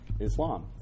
Islam